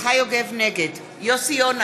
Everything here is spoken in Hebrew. נגד יוסי יונה,